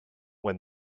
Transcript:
when